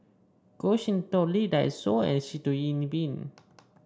Goh Sin Tub Lee Dai Soh and Sitoh Yih Pin